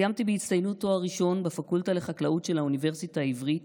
סיימתי בהצטיינות תואר ראשון בפקולטה לחקלאות של האוניברסיטה העברית,